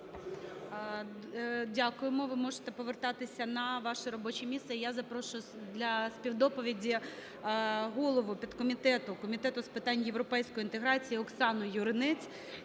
Дякуємо. Ви може повертатися на ваше робоче місце. Я запрошую для співдоповіді голову підкомітету Комітету з питань європейської інтеграції Оксану Юринець,